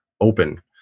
open